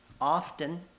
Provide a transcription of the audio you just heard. often